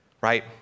Right